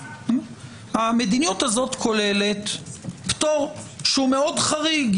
המדיניות הזאת כוללת פטור שהוא מאוד חריג.